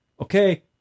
okay